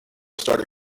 started